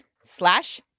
slash